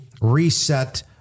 reset